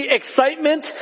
excitement